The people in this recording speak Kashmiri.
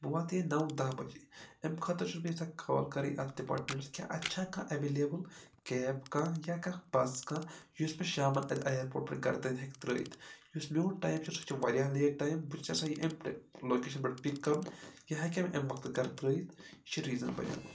بہٕ واتہٕ یِہاے نَو دٔہ بَجے اَمہِ خٲطرٕ چھُس بہٕ یَژھان کال کَرٕنۍ اَتھ ڈِپارٹمیٚنٛٹَس کیاہ اَتہِ چھا کانٛہہ ایٚولیبٕل کیب کانٛہہ یا کانٛہہ بَس کانٛہہ یُس مےٚ شامَن اَتہِ اِیَرپوٹ پٮ۪ٹھ گَھرٕ تانۍ ہیٚکہِ ترٛٲیِتھ یُس میوٗن ٹایم چھُ سُہ چھُ واریاہ لیٹ ٹایم بہٕ چھُس یَژھان یہِ اَمہِ لوکیشَنہٕ پٮ۪ٹھ پِک کَرُن یہِ ہیٚکیاہ مےٚ اَمہِ وَقتہٕ گَھرٕ ترٛٲیِتھ یہِ چھِ ریٖزَن بَنیامُت